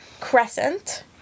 Crescent